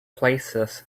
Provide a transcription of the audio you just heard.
places